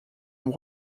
one